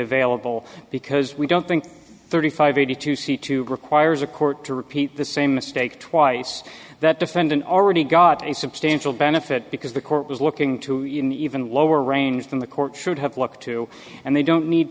available because we don't think thirty five eighty two c two requires a court to repeat the same mistake twice that defendant already got a substantial benefit because the court was looking to even even lower range than the court should have looked to and they don't need